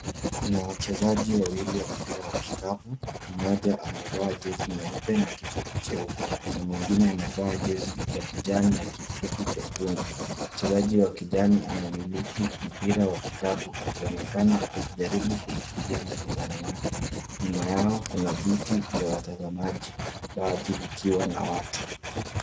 Kuna wchezaji wawili wa mpira wa kikapu. Mmoja amevaa jezi nyeupe na kifupi cheupe na mwingine amevaa jezi ya kijani na kifupi chekundu. Mchezaji wa kijani amemiliki mpira wa kikapu akionekana akijaribu kumkimbia mpinzani wake. Nyuma yao kuna viti vya watazamaji baadhi vikiwa na watu.